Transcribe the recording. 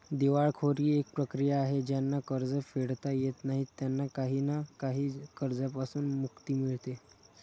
दिवाळखोरी एक प्रक्रिया आहे ज्यांना कर्ज फेडता येत नाही त्यांना काही ना काही कर्जांपासून मुक्ती मिडते